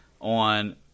on